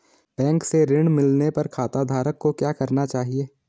Bank से ऋण मिलने पर खाताधारक को क्या करना चाहिए?